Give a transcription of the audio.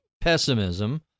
pessimism